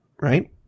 right